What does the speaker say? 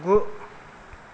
गु